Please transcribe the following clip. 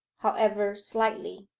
however slightly.